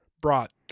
brought